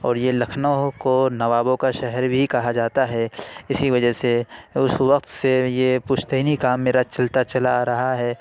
اور یہ لکھنؤ کو نوابوں کا شہر بھی کہا جاتا ہے اِسی وجہ سے اُس وقت سے یہ پُشتینی کام میرا چلتا چلا آ رہا ہے